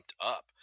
up